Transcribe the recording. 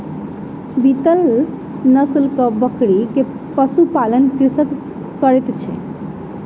बीतल नस्लक बकरी के पशु पालन कृषक करैत अछि